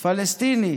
פלסטיני